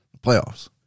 playoffs